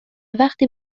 وقتی